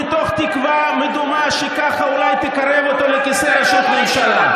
מתוך תקווה מדומה שככה אולי תקרב אותו לכיסא ראשות ממשלה.